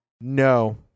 No